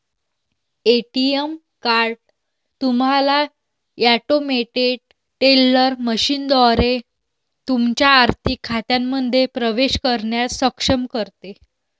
ATM card तुम्हाला automated teller मशीनद्वारे तुमच्या आर्थिक खात्यांमध्ये प्रवेश करण्यास सक्षम करते